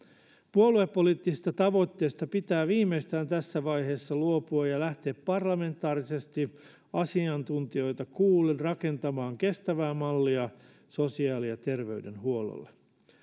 puoluepoliittisista tavoitteista pitää viimeistään tässä vaiheessa luopua ja lähteä parlamentaarisesti asiantuntijoita kuullen rakentamaan kestävää mallia sosiaali ja terveydenhuollolle